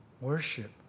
Worship